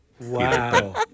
Wow